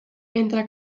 mentre